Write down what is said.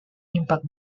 impact